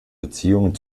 beziehungen